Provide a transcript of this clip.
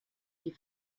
die